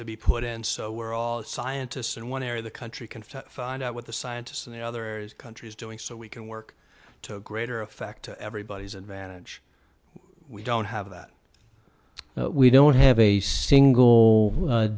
to be put in so we're all scientists in one area the country conf find out what the scientists and the others countries doing so we can work to a greater effect to everybody's advantage we don't have that we don't have a single